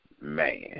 man